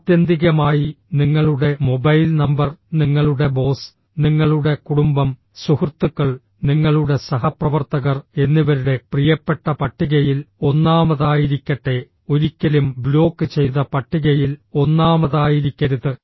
ആത്യന്തികമായി നിങ്ങളുടെ mobile number നിങ്ങളുടെ ബോസ് നിങ്ങളുടെ കുടുംബം സുഹൃത്തുക്കൾ നിങ്ങളുടെ സഹപ്രവർത്തകർ എന്നിവരുടെ പ്രിയപ്പെട്ട പട്ടികയിൽ ഒന്നാമതായിരിക്കട്ടെ ഒരിക്കലും ബ്ലോക്ക് ചെയ്ത പട്ടികയിൽ ഒന്നാമതായിരിക്കരുത്